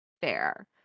fair